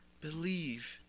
believe